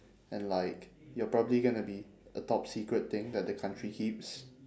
and like you're probably gonna be a top secret thing that the country keeps